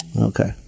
okay